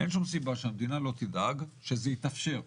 אין שום סיבה שהמדינה לא תדאג שזה יתאפשר.